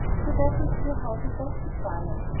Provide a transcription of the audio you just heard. you walk into your house at dusky twilight,